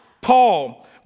Paul